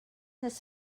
his